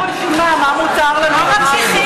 תן לנו רשימה מה מותר לנו ומה אסור לנו.